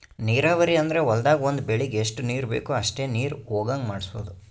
ನೀರಾವರಿ ಅಂದ್ರ ಹೊಲ್ದಾಗ್ ಒಂದ್ ಬೆಳಿಗ್ ಎಷ್ಟ್ ನೀರ್ ಬೇಕ್ ಅಷ್ಟೇ ನೀರ ಹೊಗಾಂಗ್ ಮಾಡ್ಸೋದು